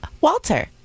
Walter